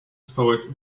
poet